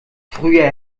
früher